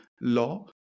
law